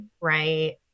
right